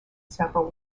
several